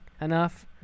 enough